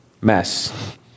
mess